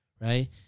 Right